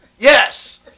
Yes